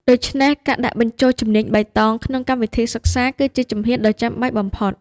ដូច្នេះ ការដាក់បញ្ចូលជំនាញបៃតងក្នុងកម្មវិធីសិក្សាគឺជាជំហានដ៏ចាំបាច់បំផុត។